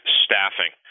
staffing